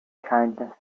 kindness